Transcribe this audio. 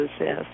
yes